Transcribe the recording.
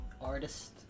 artist